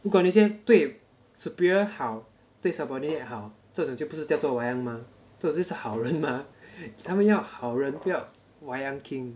如果那些对 superior 好对 subordinate 好这种这就不是叫做 wayang mah 这种就是好人 mah 他们要好人不要 wayang king